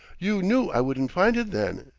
you knew i wouldn't find it, then.